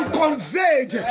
conveyed